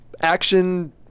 action